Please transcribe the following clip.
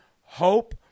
Hope